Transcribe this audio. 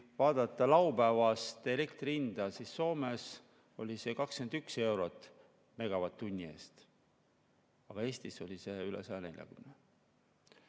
vaadata laupäevast elektri hinda, siis Soomes oli see 21 eurot megavatt-tunni eest, aga Eestis oli see üle 140.